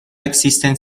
existen